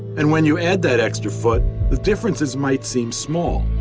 and when you add that extra foot, the differences might seem small,